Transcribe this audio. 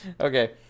okay